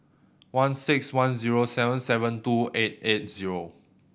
one six one zero seven seven two eight eight zero